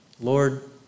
Lord